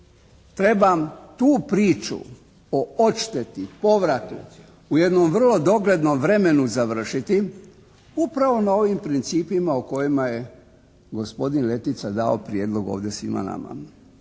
Trebam tu priču o odšteti, povratu u jednom vrlo doglednom vremenu završiti upravo na ovim principima o kojima je gospodin Letica dao prijedlog ovdje svima nama,